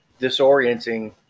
disorienting